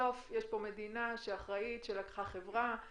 בסוף יש פה מדינה שאחראית, שלקחה חברה.